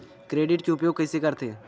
Credit के उपयोग कइसे करथे?